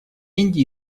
индии